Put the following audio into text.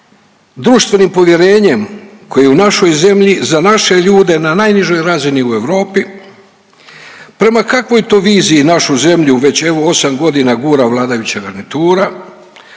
društvenim povjerenjem koje je u našoj zemlji za naše ljude na najnižoj razini u Europi? Prema kakvoj to viziji našu zemlju već evo 8 godina gura vladajuća garnitura?